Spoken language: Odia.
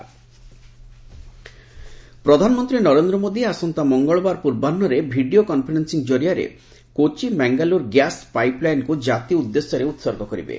ପିଏମ୍ ଗ୍ୟାସ୍ ପାଇପ୍ ଲାଇନ୍ ପ୍ରଧାନମନ୍ତ୍ରୀ ନରେନ୍ଦ୍ର ମୋଦି ଆସନ୍ତା ମଙ୍ଗଳବାର ପୂର୍ବାହୁରେ ଭିଡ଼ିଓ କନ୍ଫରେନ୍ସିଂ କରିଆରେ କୋଚି ମାଙ୍ଗାଲୁରୁ ଗ୍ୟାସ୍ ପାଇପ୍ ଲାଇନ୍କୁ କାତି ଉଦ୍ଦେଶ୍ୟରେ ଉତ୍ସର୍ଗ କରିବେ